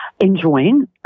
Enjoying